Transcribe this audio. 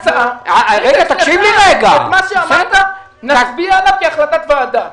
את מה שאמרת, נצביע עליו כהחלטת ועדה.